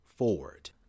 Forward